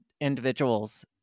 individuals